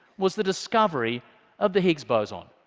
was the discovery of the higgs boson.